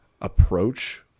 approach